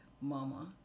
mama